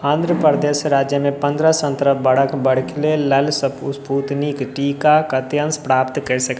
आन्ध्रप्रदेश राज्यमे पन्द्रह सत्रह बरख बरख लेल स्पूतनिक टीका कतऽसँ प्राप्त करि सकैत